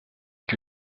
que